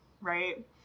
right